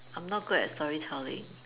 I'm not good at story-telling